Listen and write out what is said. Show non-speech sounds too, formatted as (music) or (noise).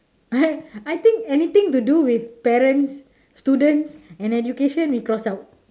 (noise) I think anything to do with parents students and education we cross out